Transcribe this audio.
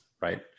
right